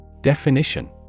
Definition